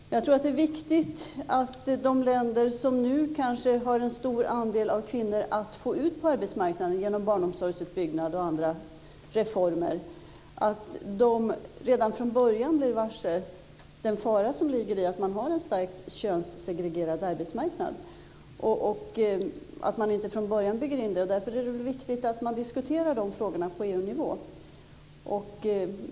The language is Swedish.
Men jag tror att det är viktigt att de länder som nu kanske har en stor andel av kvinnor att få ut på arbetsmarknaden genom barnomsorgsutbyggnad och andra reformer redan från början blir varse den fara som ligger i att man har starkt könssegregerad arbetsmarknad och att man inte från början bygger in det. Därför är det viktigt att man diskuterar dessa frågor på EU-nivå.